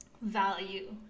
value